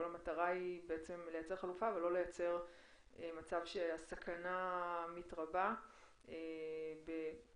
כל המטרה היא לייצר חלופה ולא לייצר מצב שהסכנה מתגברת בתוך